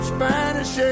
Spanish